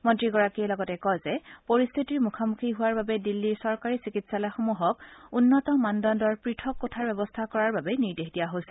মন্ত্ৰীগৰাকীয়ে লগতে কয় যে পৰিস্থিতিৰ মুখামুখি হোৱাৰ বাবে দিল্লীৰ চৰকাৰী চিকিৎসালয়সমূহক উন্নত মানদণ্ডৰ পৃথক কোঠাৰ ব্যৱস্থা কৰাৰ বাবে নিৰ্দেশ দিয়া হৈছে